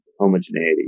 homogeneity